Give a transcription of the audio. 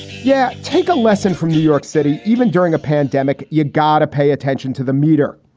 yeah. take a lesson from new york city even during a pandemic, you gotta pay attention to the meter.